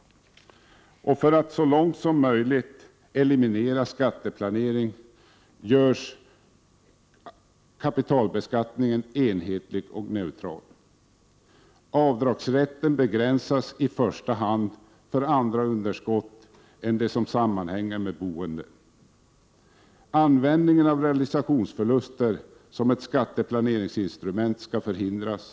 För att så långt som möjligt eliminera skatteplanering görs kapitalbeskattningen enhetlig och neutral. I första hand begränsas avdragsrätten för andra underskott än de som sammanhänger med boende. Användningen av realisationsförluster som ett skatteplaneringsinstrument skall förhindras.